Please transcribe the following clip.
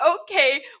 okay